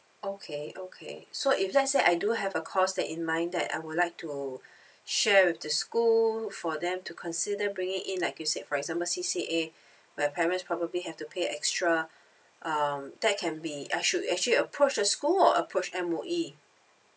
okay okay so if let's say I do have a course that in mind that I would like to share with the school for them to consider bringing in like you say for example C_C_A where parents probably have to pay extra um that can be I should actually approach the school or approach M_O_E